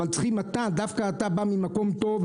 אבל אתה דווקא אתה בא ממקום טוב,